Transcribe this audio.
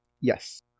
Yes